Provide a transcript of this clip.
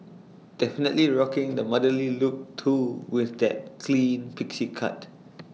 definitely rocking the motherly look too with that clean pixie cut